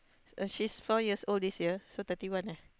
she's four years old this year so thirty one eh